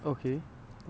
okay